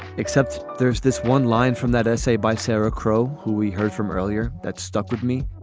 except there's this one line from that essay by sarah crowe who we heard from earlier. that stuck with me.